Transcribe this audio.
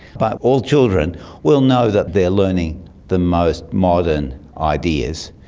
but all children will know that they are learning the most modern ideas,